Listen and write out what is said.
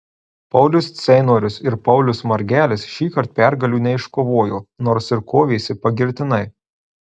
paulius ceinorius ir paulius margelis šįkart pergalių neiškovojo nors ir kovėsi pagirtinai